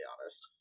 honest